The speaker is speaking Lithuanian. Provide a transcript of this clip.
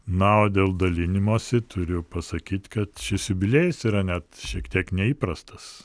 na o dėl dalinimosi turiu pasakyt kad šis jubiliejus yra net šiek tiek neįprastas